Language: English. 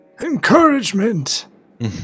encouragement